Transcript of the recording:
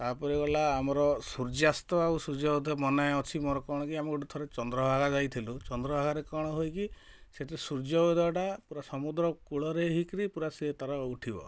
ତାପରେ ଗଲା ଆମର ସୂର୍ଯ୍ୟାସ୍ତ ଆଉ ସୂର୍ଯ୍ୟୋଦୟ ମନେଅଛି ମୋର କ'ଣ କି ଆମେ ଗୋଟେ ଥର ଚନ୍ଦ୍ରଭାଗା ଯାଇଥିଲୁ ଚନ୍ଦ୍ରଭାଗାରେ କ'ଣ ହୁଏ କି ସେଥିରେ ସୂର୍ଯ୍ୟୋଦୟଟା ପୁରା ସମୁଦ୍ର କୂଳରେ ହେଇକିରି ପୁରା ସେ ତାର ଉଠିବ